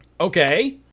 Okay